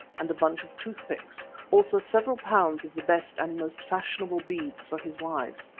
and a bundle of tooth-picks also several pounds of the best and most fashionable beads for his wives.